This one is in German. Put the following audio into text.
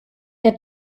der